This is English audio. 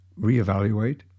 reevaluate